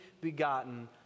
begotten